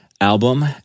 album